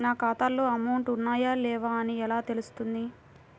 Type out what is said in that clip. నా ఖాతాలో అమౌంట్ ఉన్నాయా లేవా అని ఎలా తెలుస్తుంది?